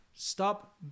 Stop